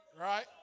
right